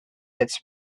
its